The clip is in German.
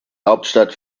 hauptstadt